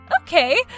Okay